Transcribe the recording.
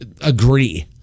agree